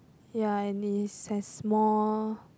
ya and it has more